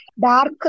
dark